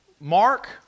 Mark